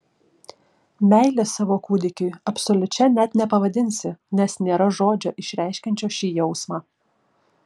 meilės savo kūdikiui absoliučia net nepavadinsi nes nėra žodžio išreiškiančio šį jausmą